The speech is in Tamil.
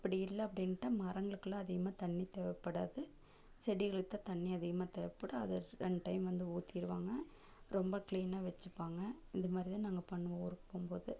அப்படி இல்லை அப்படின்ட்டா மரங்களுக்லாம் அதிகமாக தண்ணீ தேவை படாது செடிகளுக்குதான் தண்ணீ அதிகமாக தேவைபடும் அது ரெண்டு டைம் வந்து ஊற்றிருவாங்க ரொம்ப கிளீனாக வச்சுப்பாங்க இந்த மாதிரி தான் நாங்கள் பண்ணுவோம் ஊருக்கு போகும் போது